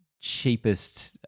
cheapest